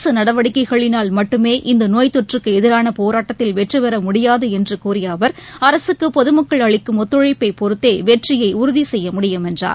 அரசுநடவடிக்கைகளினால் மட்டுமே இந்தநோய் தொற்றுக்குஎதிானபோராட்டத்தில் வெற்றிபெறமுடியாதுஎன்றுகூறியஅவர் அரசுக்குபொதுமக்கள் அளிக்கும் ஒத்துழைப்பைபொறுத்தேவெற்றியைஉறுதிசெய்யமுடியும் என்றார்